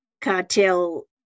cartel